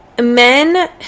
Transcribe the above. men